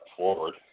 forward